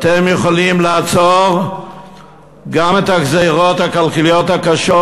ואתם יכולים לעצור גם את הגזירות הכלכליות הקשות,